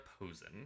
Posen